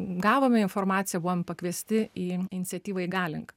gavome informaciją buvom pakviesti į iniciatyvą įgalink